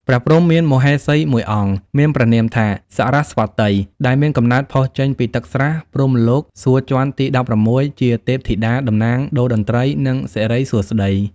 ព្រះព្រហ្ម មានមហាសី១អង្គ មានព្រះនាមថា “សរស្វតី” ដែលមានកំណើតផុសចេញពីទឹកស្រះ ព្រហ្មលោក សួគ៌ជាន់ទី១៦ ជាទេពធិតា តំណាងដូរ្យតន្ត្រី និងសិរីសួស្តី ។